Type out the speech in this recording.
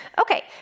Okay